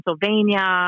Pennsylvania